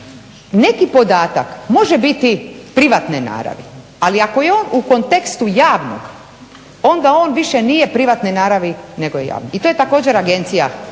neki podatak može biti privatne naravi, ali ako je on u kontekstu javnog onda on više nije privatne naravi nego je javan. I to je također agencija